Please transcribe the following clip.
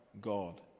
God